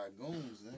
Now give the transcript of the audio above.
goons